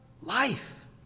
life